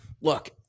Look